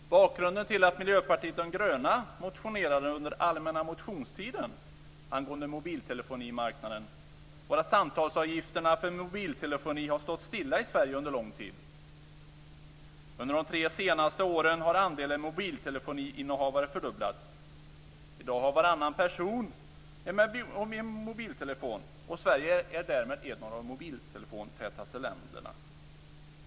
Fru talman! Bakgrunden till att Miljöpartiet de gröna motionerade under allmänna motionstiden angående mobiltelefonimarknaden var att samtalsavgifterna för mobiltelefoni har stått stilla i Sverige under en lång tid. Under de tre senaste åren har andelen mobiltelefoninnehavare fördubblats. I dag har varannan person en mobiltelefon, och Sverige är därmed ett av de mobiltelefontätaste länderna.